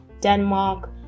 Denmark